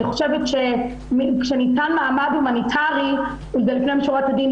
אני חושבת שכאשר ניתן מעמד הומניטרי לפנים משורת הדין,